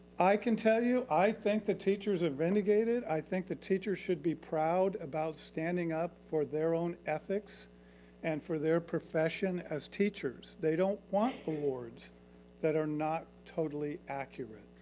i can tell you i think the teachers are vindicated. i think the teachers should be proud about standing up for their own ethics and for their profession as teaches. they don't want awards that are not totally accurate.